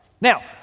Now